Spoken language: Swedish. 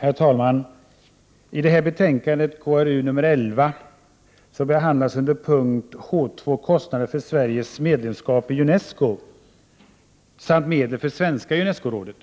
Herr talman! I det här betänkandet — KrUl1l — behandlas under H 2 kostnader för Sveriges medlemskap i Unesco samt medel för Svenska Unescorådet.